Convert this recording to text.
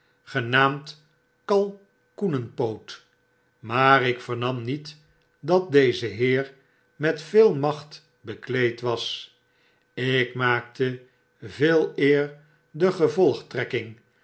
genaamd kalkoenenpoot maar ik vernam niet dat deze heer met veel macht bekleed was ik maakte veeleerde gevolgtrekking